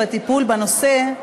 בטיפול בנושא,